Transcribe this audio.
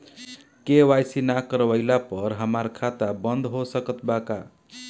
KYC ना करवाइला पर हमार खाता बंद हो सकत बा का?